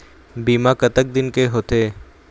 बीमा कतक दिन के होते?